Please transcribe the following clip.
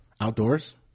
Outdoors